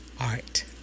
art